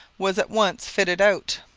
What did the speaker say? was at once fitted out.